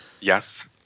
Yes